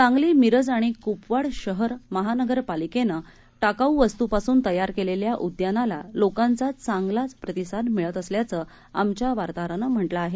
सांगली मिरज आणि कुपवाड शहर महानगर पालिकेने टाकाऊ वस्तुपासून तयार केलेल्या उद्यानाला लोकांचा चांगलाच प्रतिसाद मिळत असल्याचं आमच्या वार्ताहरानं म्हटलं आहे